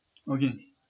okay